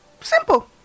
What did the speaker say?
Simple